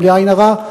בלי עין הרע,